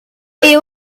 est